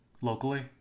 locally